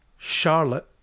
Charlotte